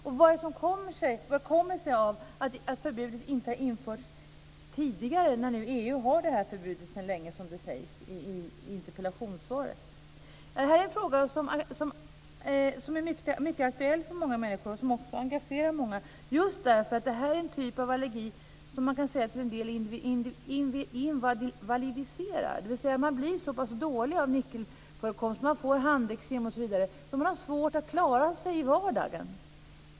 Och hur kommer det sig att förbudet inte har införts tidigare eftersom EU, som det sägs i interpellationssvaret, sedan länge har det här förbudet? Nickelallergifrågan är alltså aktuell för många människor och engagerar många just därför att det gäller en typ av allergi som man kan säga till en del invalidiserar. Man blir så pass dålig av nickelförekomst - man får handeksem osv. - att man har svårt att klara sig i vardagen.